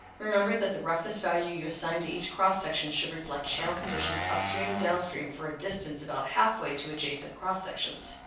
remember that the roughness value you assign to each cross section should reflect channel conditions upstream and downstream for a distance about halfway to adjacent cross sections.